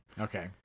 Okay